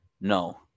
no